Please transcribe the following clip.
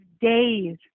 days